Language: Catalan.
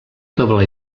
doble